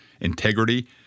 integrity